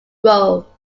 row